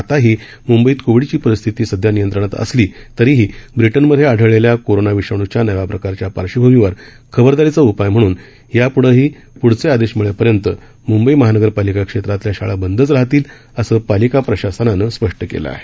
आताही मुंबईत कोविडची परिस्थिती सध्या नियंत्रणात असली तरीही ब्रिटनमध्ये आढळलेल्या कोरोना विषाणूच्या नव्या प्रकाराच्या पार्श्वभूमीवर खबरदारीचा उपाय म्हणून याप्ढेही प्ढचे आदेश मिळेपर्यंत मुंबई महानगर पलिका क्षेत्रातल्या शाळा बंदच राहतील असं पालिका प्रशासनानं स्पष्ट केलं आहे